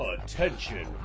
Attention